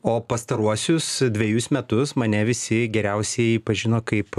o pastaruosius dvejus metus mane visi geriausieji pažino kaip